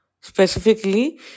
specifically